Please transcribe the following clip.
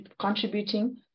contributing